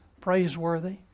praiseworthy